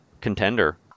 contender